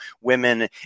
women